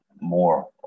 more